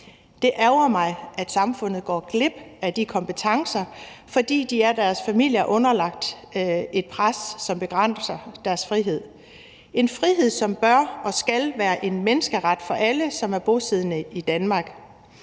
Det ærgrer mig, at samfundet går glip af de kompetencer, fordi de er underlagt et pres fra deres familier, som begrænser deres frihed, en frihed, som bør og skal være en menneskeret for alle, som er bosiddende i Danmark.